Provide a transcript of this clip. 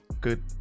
Good